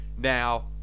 Now